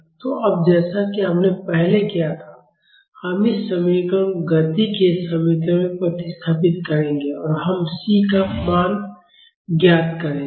तो अब जैसा कि हमने पहले किया था हम इस समीकरण को गति के समीकरण में प्रतिस्थापित करेंगे और हम C का मान ज्ञात करेंगे